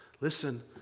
Listen